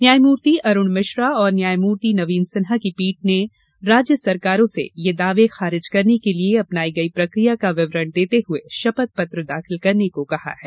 न्यायमूर्ति अरूण मिश्रा और न्यायमूर्ति नवीन सिन्हा की पीठ ने राज्य सरकारों से ये दावे खारिज करने के लिए अपनाई गई प्रक्रिया का विवरण देते हुए शपथ पत्र दाखिल करने को कहा है